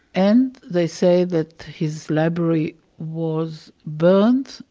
and they say that his library was burned,